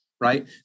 right